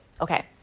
Okay